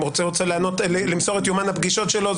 אם הוא רוצה למסור את יומן הפגישות שלו,